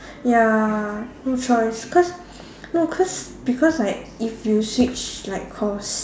ya no choice because no cause because like if you switch like course